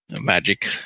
magic